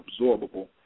absorbable